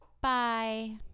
Bye